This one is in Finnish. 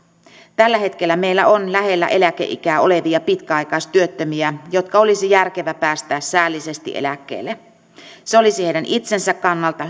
tällä hetkellä meillä on lähellä eläkeikää olevia pitkäaikaistyöttömiä jotka olisi järkevää päästää säällisesti eläkkeelle se olisi heidän itsensä kannalta